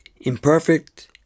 imperfect